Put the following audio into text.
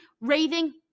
raving